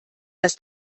das